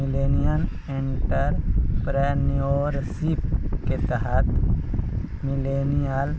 millennial entrepreneurship के तहत millennial